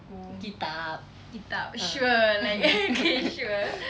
kitab ah